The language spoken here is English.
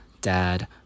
dad